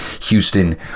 Houston